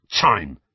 time